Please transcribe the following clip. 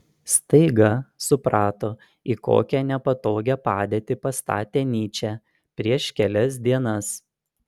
staiga suprato į kokią nepatogią padėtį pastatė nyčę prieš kelias dienas